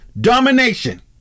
domination